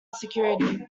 security